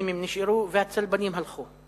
המוסלמים נשארו, והצלבנים הלכו.